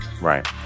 Right